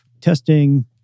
testing